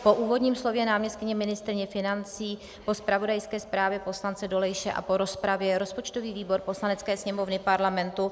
Po úvodním slově náměstkyně ministryně financí, po zpravodajské zprávě poslance Dolejše a po rozpravě rozpočtový výbor Poslanecké sněmovny Parlamentu